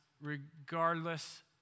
regardless